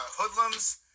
hoodlums